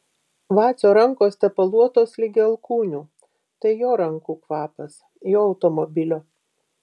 vacio rankos tepaluotos ligi alkūnių tai jo rankų kvapas jo automobilio